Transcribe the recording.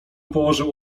położył